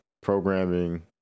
programming